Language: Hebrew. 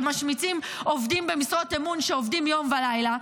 הם משמיצים עובדים במשרות אמון שעובדים יום ולילה.